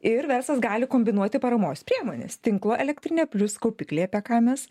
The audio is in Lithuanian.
ir verslas gali kombinuoti paramos priemones tinklo elektrinė plius kaupikliai apie ką mes